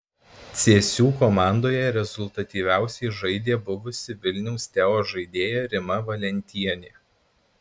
cėsių komandoje rezultatyviausiai žaidė buvusi vilniaus teo žaidėja rima valentienė